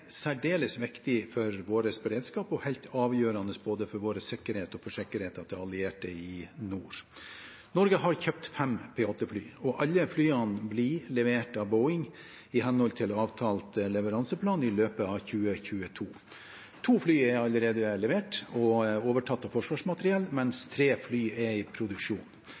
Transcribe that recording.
særdeles viktige for vår beredskap og helt avgjørende både for vår sikkerhet og for sikkerheten til allierte i nord. Norge har kjøpt fem P-8-fly, og alle flyene bli levert av Boeing i henhold til avtalt leveranseplan i løpet av 2022. To fly er allerede levert og overtatt av Forsvarsmateriell, mens tre fly er i produksjon.